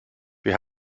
wir